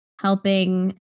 helping